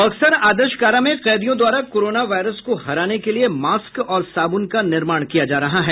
बक्सर आदर्श कारा में कैदियों द्वारा कोरोना वायरस को हराने के लिये मास्क और साबुन का निर्माण किया जा रहा है